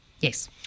Yes